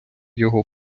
його